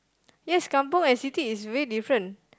yes kampung and city is way different